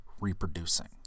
reproducing